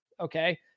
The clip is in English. Okay